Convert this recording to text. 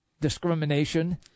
discrimination